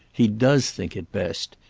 he does think it best.